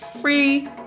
free